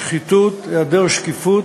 שחיתות, היעדר שקיפות,